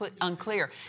unclear